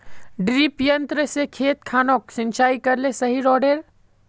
डिरिपयंऋ से खेत खानोक सिंचाई करले सही रोडेर?